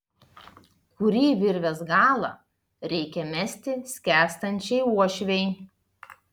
kurį virvės galą reikia mesti skęstančiai uošvei